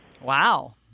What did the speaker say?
Wow